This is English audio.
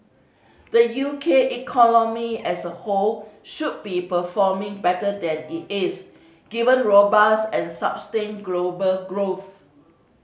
the U K economy as a whole should be performing better than it is given robust and global growth